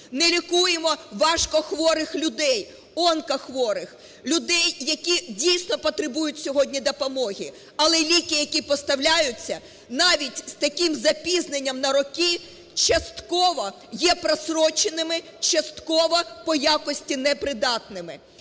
не лікуємо важкохворих людей, онкохворих, людей, які дійсно потребують сьогодні допомоги. Але ліки, які поставляються, навіть з таким запізненням на роки, частково є простроченими, частково по якості непридатними.